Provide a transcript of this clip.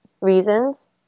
reasons